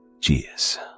Cheers